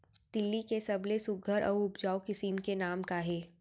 तिलि के सबले सुघ्घर अऊ उपजाऊ किसिम के नाम का हे?